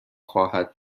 خواهد